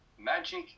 magic